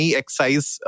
excise